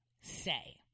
say